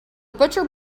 butcher